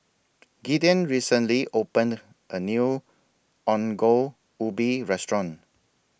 Gideon recently opened A New Ongol Ubi Restaurant